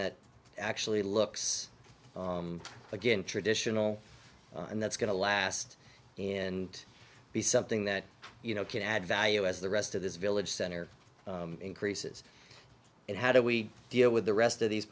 that actually looks again traditional and that's going to last and be something that you know can add value as the rest of this village center increases and how do we deal with the rest of these